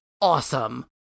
awesome